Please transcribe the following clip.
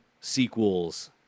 sequels